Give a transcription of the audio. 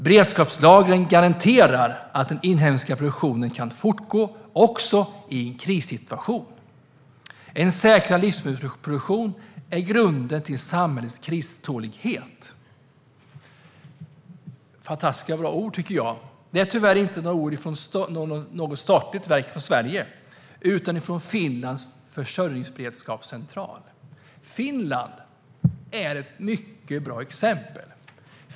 Beredskapslagren garanterar att den inhemska produktionen kan fortgå också i en krissituation. En säkrad livsmedelsproduktion är grunden till samhällets kristålighet. Detta tycker jag är fantastiskt bra ord. Det är tyvärr inte ord från något statligt verk i Sverige utan från Finlands försörjningsberedskapscentral. Finland är ett mycket bra exempel.